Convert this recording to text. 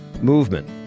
movement